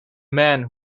man